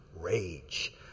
rage